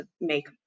make